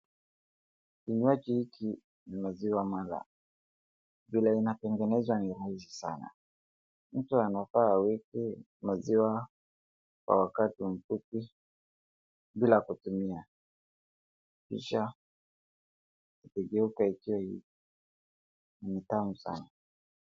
Kinywaji hiki ni maziwa mala, vile inatengenezwa ni rahisi sana, mtu anafaa aweke maziwa kwa wakati mfupi bila kutumia, kisha ikigeuka ni tamu sana.